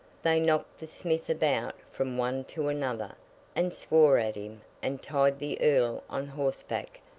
they knocked the smith about from one to another, and swore at him, and tied the earl on horseback,